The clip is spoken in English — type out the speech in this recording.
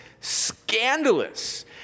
scandalous